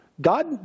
God